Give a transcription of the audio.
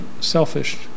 selfish